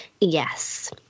Yes